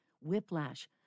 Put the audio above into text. whiplash